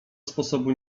sposobu